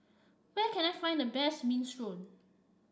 where can I find the best Minestrone